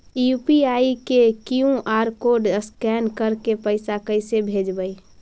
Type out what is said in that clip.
UPI के QR code scan करके पैसा कैसे भेजबइ?